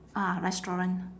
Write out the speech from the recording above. ah restaurant